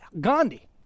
Gandhi